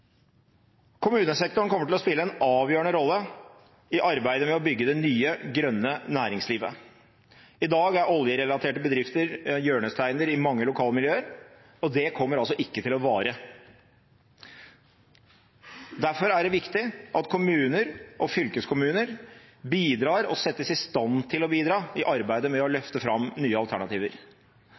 Kommunesektoren kommer til å spille en avgjørende rolle i arbeidet med å bygge det nye, grønne næringslivet. I dag er oljerelaterte bedrifter hjørnesteiner i mange lokalmiljøer, og det kommer altså ikke til å vare. Derfor er det viktig at kommuner og fylkeskommuner bidrar og settes i stand til å bidra i arbeidet med å løfte fram nye alternativer.